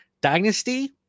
dynasty